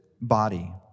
body